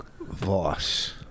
Voss